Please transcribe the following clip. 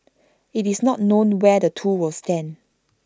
IT is not known where the two will stand